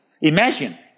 imagine